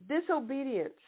Disobedience